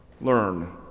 learn